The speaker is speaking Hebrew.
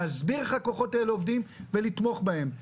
להסביר איך הכוחות האלה עובדים ולתמוך בהם.